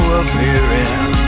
appearing